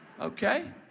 Okay